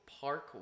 park